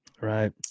Right